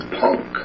punk